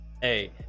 Hey